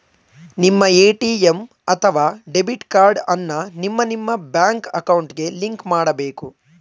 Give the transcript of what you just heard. ನಿಮ್ಮ ಎ.ಟಿ.ಎಂ ಅಥವಾ debit card ಅನ್ನ ನಿಮ್ಮ ನಿಮ್ಮ ಬ್ಯಾಂಕ್ ಅಕೌಂಟ್ಗೆ ಲಿಂಕ್ ಮಾಡಬೇಕು